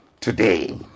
today